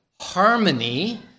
harmony